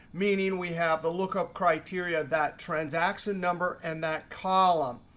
meaning we have the lookup criteria that transaction number and that column,